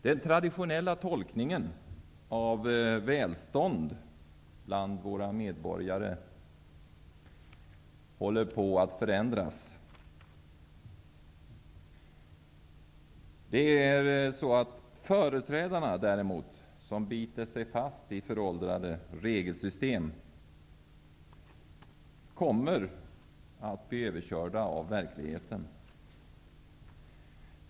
Den traditionella tolkningen av välstånd bland våra medborgare håller på att förändras. Företrädarna däremot, som biter sig fast i föråldrade regelsystem, kommer att bli överkörda av verkligheten.